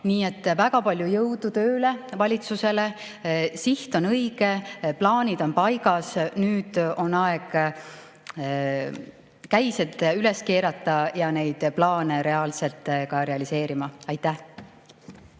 Nii et väga palju jõudu tööle valitsusele! Siht on õige, plaanid on paigas. Nüüd on aeg käised üles keerata ja neid plaane realiseerima hakata. Aitäh!